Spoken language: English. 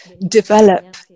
develop